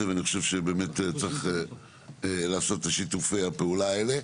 ואני חושב שצריך לעשות את שיתופי הפעולה האלה.